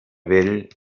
vell